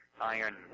iron